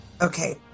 Okay